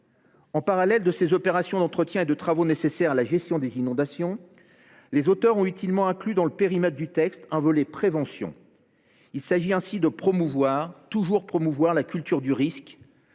En parallèle de ces opérations d’entretien et de ces travaux nécessaires à la gestion des inondations, les auteurs ont utilement inclus dans le périmètre du texte un volet relatif à la prévention. Il s’agit ainsi de promouvoir la culture du risque